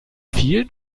vielen